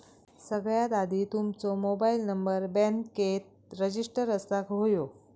सगळ्यात आधी तुमचो मोबाईल नंबर बॅन्केत रजिस्टर असाक व्हयो